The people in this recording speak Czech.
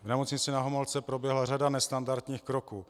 V nemocnici Na Homolce proběhla řada nestandardních kroků.